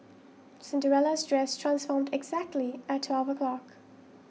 Cinderella's dress transformed exactly at twelve o'clock